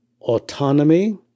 autonomy